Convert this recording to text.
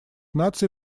наций